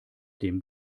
dem